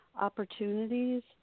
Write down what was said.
opportunities